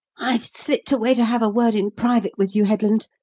i've slipped away to have a word in private with you, headland,